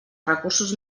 recursos